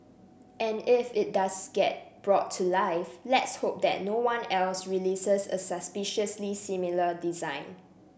and if it does get brought to life let's hope that no one else releases a suspiciously similar design